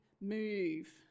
move